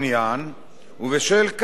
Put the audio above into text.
אין כל מניעה